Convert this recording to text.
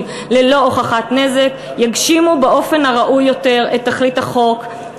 ללא הוכחת נזק יגשימו באופן הראוי יותר את תכלית החוק,